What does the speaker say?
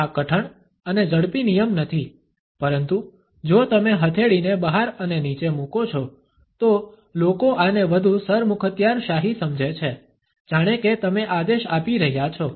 આ કઠણ અને ઝડપી નિયમ નથી પરંતુ જો તમે હથેળીને બહાર અને નીચે મૂકો છો તો લોકો આને વધુ સરમુખત્યારશાહી સમજે છે જાણે કે તમે આદેશ આપી રહ્યા છો